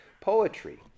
poetry